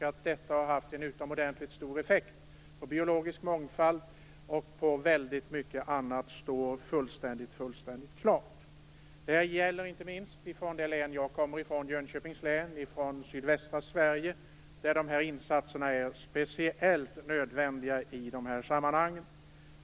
Att detta har haft en utomordentlig stor effekt när det gäller biologisk mångfald och väldigt mycket annat står fullständigt klart. Detta gäller inte minst i det län som jag kommer från, Jönköpings län i sydvästra Sverige, där dessa insatser är speciellt nödvändiga.